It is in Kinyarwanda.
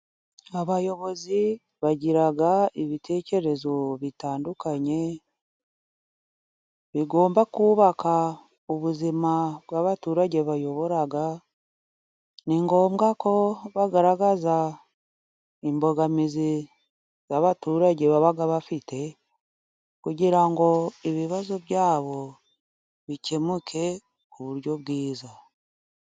Abayobozi bagira ibitekerezo bitandukanye, bigomba kubaka ubuzima bw 'abaturage bayobora, ni ngombwa ko, bagaragaza imbogamizi z'abaturage baba bafite, kugira ngo ibibazo byabo bikemuke, ku buryo bwiza.